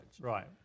Right